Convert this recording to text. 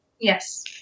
Yes